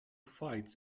fights